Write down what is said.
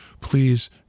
please